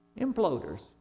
imploders